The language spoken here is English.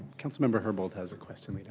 councilmember her boat has a question.